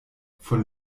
von